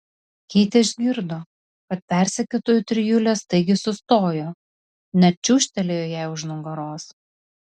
keitė išgirdo kad persekiotojų trijulė staigiai sustojo net čiūžtelėjo jai už nugaros